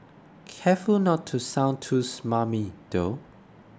careful not to sound too smarmy though